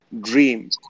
dream